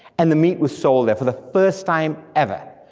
and the meat was sold there for the first time ever.